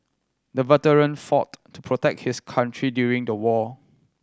the veteran fought to protect his country during the war